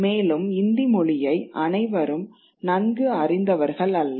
மேலும் இந்தி மொழியை அனைவரும் நன்கு அறிந்தவர்கள் அல்ல